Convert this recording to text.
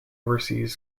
overseas